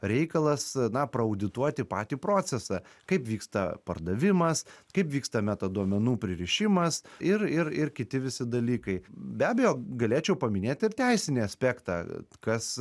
reikalas na praaudituoti patį procesą kaip vyksta pardavimas kaip vyksta metaduomenų pririšimas ir ir kiti visi dalykai be abejo galėčiau paminėti ir teisinį aspektą kas